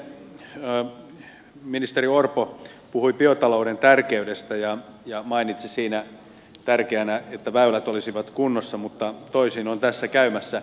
täällä eilen ministeri orpo puhui biotalouden tärkeydestä ja mainitsi siinä tärkeänä asiana sen että väylät olisivat kunnossa mutta toisin on tässä käymässä